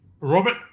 Robert